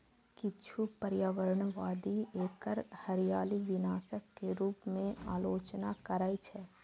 किछु पर्यावरणवादी एकर हरियाली विनाशक के रूप मे आलोचना करै छै